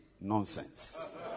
Nonsense